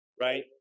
right